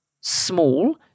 small